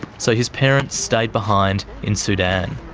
so his parents stayed behind in sudan.